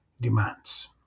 demands